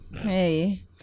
hey